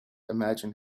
imagine